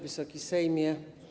Wysoki Sejmie!